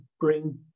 bring